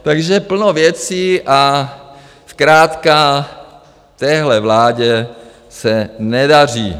Takže plno věcí a zkrátka téhle vládě se nedaří.